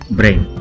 brain